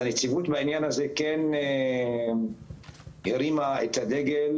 הנציבות בעניין הזה כן הרימה את הדגל